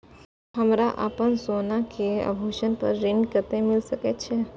हमरा अपन सोना के आभूषण पर ऋण कते मिल सके छे?